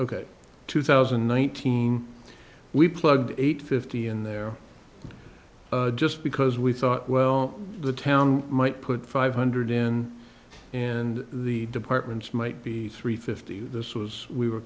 ok two thousand and nineteen we plug eight fifty in there just because we thought well the town might put five hundred in and the departments might be three fifty this was we were